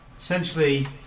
Essentially